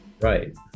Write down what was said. Right